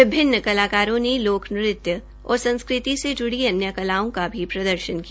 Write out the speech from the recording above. विभिन्न कलाकारों ने लोक नृत्य और संस्कृति से जुड़ी अन्य कलाओं का भी प्रदर्शन किया